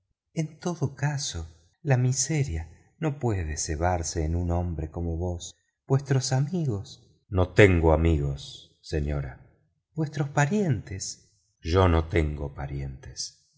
en todo caso la miseria no puede cebarse en un hombre como vos vuestros amigos no tengo amigos señora vuestros parientes no tengo parientes